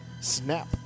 Snap